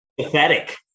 Pathetic